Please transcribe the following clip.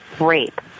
rape